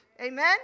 Amen